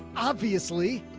obviously,